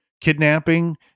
kidnapping